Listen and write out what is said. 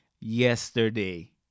yesterday